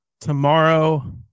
tomorrow